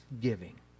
giving